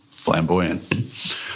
flamboyant